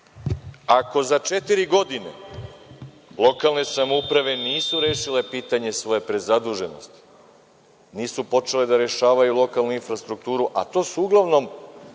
za četiri godine lokalne samouprave nisu rešile pitanje svoje prezaduženosti, nisu počele da rešavaju lokalnu infrastrukturu, a to su uglavnom